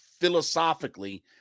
philosophically